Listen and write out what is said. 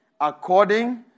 according